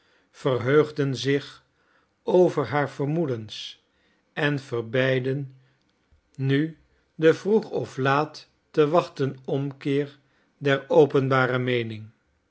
verheugden zich over haar vermoedens en verbeidden nu den vroeg of laat te wachten omkeer der openbare meening